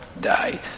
died